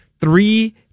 three